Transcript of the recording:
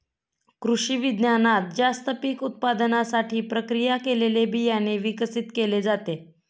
कृषिविज्ञानात जास्त पीक उत्पादनासाठी प्रक्रिया केलेले बियाणे विकसित केले जाते